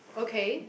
okay